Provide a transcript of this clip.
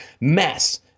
mess